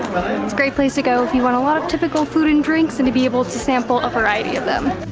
it's a great place to go if you want a lot of typical food and drinks and to be able to sample a variety of them.